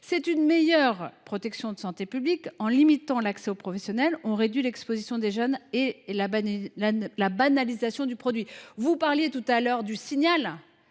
à améliorer la protection de la santé publique. En limitant l’accès aux professionnels, nous réduirions l’exposition des jeunes et la banalisation du produit. Vous parliez tout à l’heure de signal,